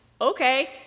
Okay